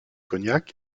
cognac